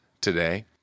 today